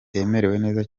neza